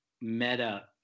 meta